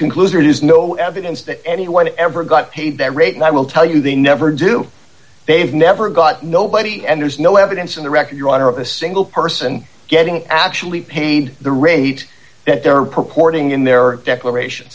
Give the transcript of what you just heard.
concluded is no evidence that anyone ever got paid that rate and i will tell you they never do they've never got nobody and there's no evidence in the record your honor of a single person getting actually paid the rate that there are purporting in their declaration